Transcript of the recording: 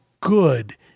good